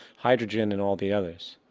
hydrogen and all the others.